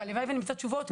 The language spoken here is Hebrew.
הלוואי שנמצא תשובות,